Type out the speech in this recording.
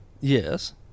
Yes